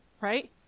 right